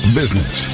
business